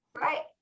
Right